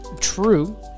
True